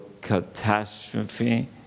catastrophe